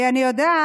כי אני יודעת